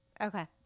Okay